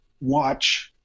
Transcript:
watch